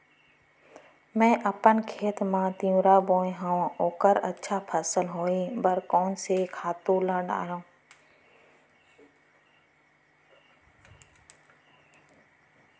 मैं अपन खेत मा तिंवरा बोये हव ओखर अच्छा फसल होये बर कोन से खातू ला डारव?